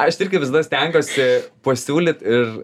aš irgi visada stengiuosi pasiūlyt ir